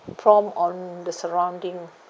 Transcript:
prompt on the surrounding